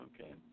Okay